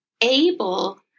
able